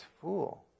fool